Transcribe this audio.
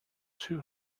two